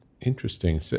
Interesting